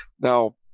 Now